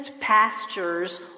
pastures